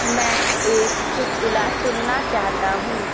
मैं एक चुटकुला सुनना चाहता हूँ